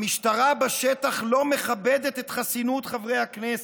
המשטרה בשטח לא מכבדת את חסינות חברי הכנסת,